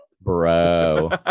bro